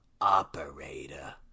Operator